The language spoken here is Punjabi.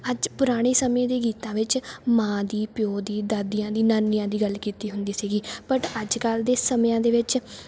ਅੱਜ ਪੁਰਾਣੇ ਸਮੇਂ ਦੇ ਗੀਤਾਂ ਵਿੱਚ ਮਾਂ ਦੀ ਪਿਓ ਦੀ ਦਾਦੀਆਂ ਦੀ ਨਾਨੀਆਂ ਦੀ ਗੱਲ ਕੀਤੀ ਹੁੰਦੀ ਸੀਗੀ ਬਟ ਅੱਜ ਕੱਲ੍ਹ ਦੇ ਸਮਿਆਂ ਦੇ ਵਿੱਚ